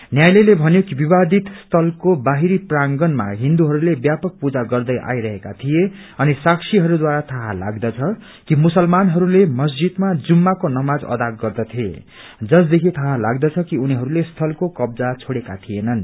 न्यायालयले भन्यो कि विवादित स्थलको बाहिरी प्रांगणमा हिन्दूहरूले ब्यापक पूजा गर्दै आइरहेका थिए अनि साक्षीहरूद्वारा थाहा लाग्दछ कि मुसलमानहरूले मस्जिदमा जुम्माको नमाज अदा गर्दथे जसदेखि था लाग्दछ कि उनीहरूले स्थलको कब्जा छोडेका थिएनन्